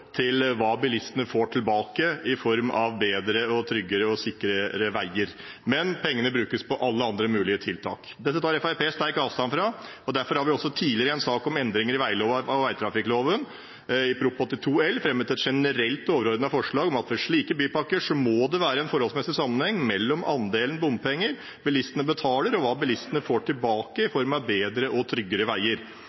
til hva bilistene får tilbake i form av bedre, tryggere og sikrere veier. Pengene brukes på alle andre mulige tiltak. Dette tar Fremskrittspartiet sterk avstand fra, og derfor har vi også tidligere – i en sak om endringer i vegloven og vegtrafikkloven, Prop. 82 L for 2016–2017 – fremmet et generelt og overordnet forslag om at ved slike bypakker må det være en forholdsmessig sammenheng mellom andelen bompenger bilistene betaler, og hva bilistene får tilbake i